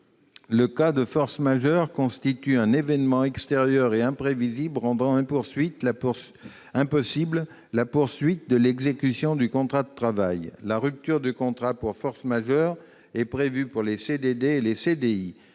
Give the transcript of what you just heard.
Le cas de force majeure constitue un événement extérieur et imprévisible rendant impossible la poursuite de l'exécution du contrat de travail. La rupture du contrat pour force majeure est prévue pour les CDD et les CDI.